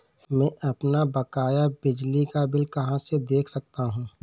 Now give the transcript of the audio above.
मैं अपना बकाया बिजली का बिल कहाँ से देख सकता हूँ?